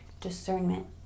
discernment